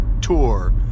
tour